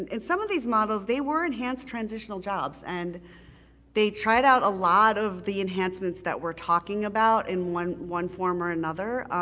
and some of these models, they were enhanced transitional jobs, and they tried out a lot of the enhancements that we're talking about in one one form or another.